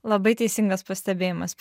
labai teisingas pastebėjimas